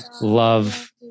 love